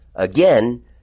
Again